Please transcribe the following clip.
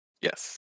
Yes